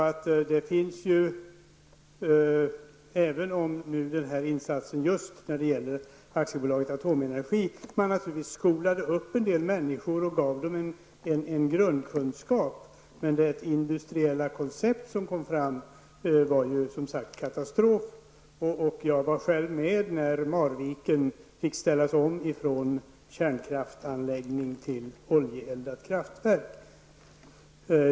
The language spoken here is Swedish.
I just aktiebolaget Atom Energi skolade man upp en del människor och gav dem en grundkunskap, men det industriella konceptet var som sagt en katastrof. Jag var själv med när Marviken fick ställas om från kärnkraftsanläggning till oljeeldat kraftverk.